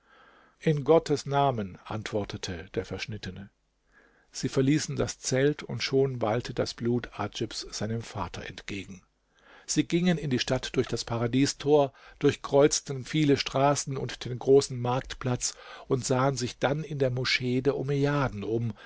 in gottes namen antwortete der verschnittene sie verließen das zelt und schon wallte das blut adjibs seinem vater entgegen sie gingen in die stadt durch das paradiestor durchkreuzten viele straßen und den großen marktplatz und sahen sich dann in der moschee der omejaden um